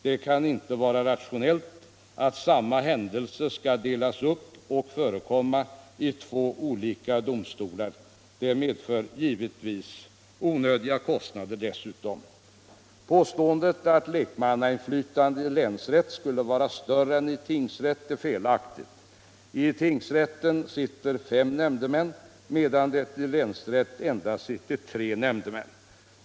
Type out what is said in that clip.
Det kan inte vara rationellt att samma händelse skall delas upp och förekomma i två olika domstolar. Detta medför givetvis desutom onödiga kostnader. Påståendet att lekmannainflytandet i länsrätt skulle vara större än i tingsrätt är felaktigt. I tingsrätten sitter fem nämndemän, medan det i länsrätten endast sitter tre nämndemän.